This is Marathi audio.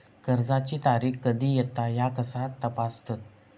कर्जाची तारीख कधी येता ह्या कसा तपासतत?